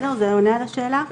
זה עונה על השאלה?